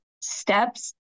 steps